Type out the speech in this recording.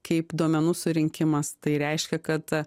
kaip duomenų surinkimas tai reiškia kad a